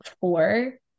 four